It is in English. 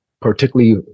particularly